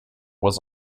was